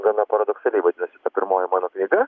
gana paradoksaliai vadinasi pirmoji mano knyga